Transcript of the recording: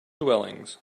dwellings